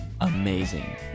amazing